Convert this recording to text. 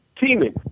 teaming